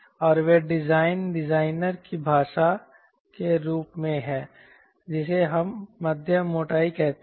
और वे design designer की भाषा के रूप में हैं जिसे हम मध्यम मोटाई कहते हैं